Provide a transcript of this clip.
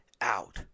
out